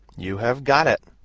you have got it.